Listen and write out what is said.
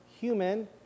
human